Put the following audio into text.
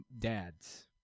dads